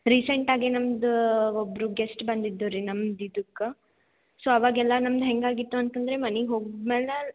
ರೀಸೆಂಟಾಗಿ ನಮ್ಮದು ಒಬ್ಬರು ಗೆಸ್ಟ್ ಬಂದಿದ್ರು ರೀ ನಮ್ದು ಇದಕ್ಕೆ ಸೊ ಅವಾಗೆಲ್ಲ ನಮ್ಗೆ ಹೆಂಗೆ ಆಗಿತ್ತು ಅಂತ ಅಂದರೆ ಮನೇಗ್ ಹೋದ್ಮೇಲೆ